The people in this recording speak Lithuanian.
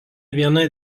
viena